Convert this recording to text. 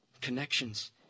connections